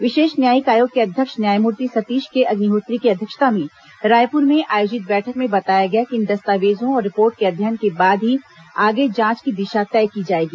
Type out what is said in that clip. विशेष न्यायिक आयोग के अध्यक्ष न्यायमूर्ति सतीश के अग्निहोत्री की अध्यक्षता में रायपूर में आयोजित बैठक में बताया गया कि इन दस्तावेजों और रिपोर्ट के अध्ययन के बाद ही आगे जांच की दिशा तय की जाएगी